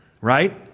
right